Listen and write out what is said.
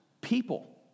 people